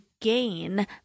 gain